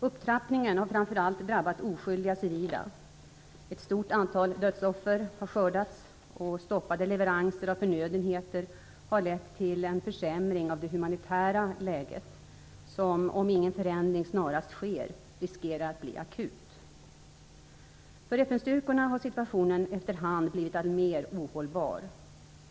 Upptrappningen har framför allt drabbat oskyldiga civila: Ett stort antal dödsoffer har skördats och stoppade leveranser av förnödenheter har lett till en försämring av det humanitära läget, som, om ingen förändring snarast sker, riskerar att bli akut. För FN-styrkorna har situationen efter hand blivit alltmer ohållbar.